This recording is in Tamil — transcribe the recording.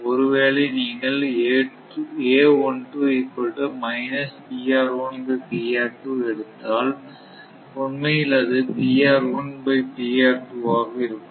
ஒருவேளை நீங்கள் எடுத்தால் உண்மையில் அது ஆக இருக்கும்